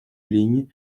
ligne